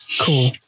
Cool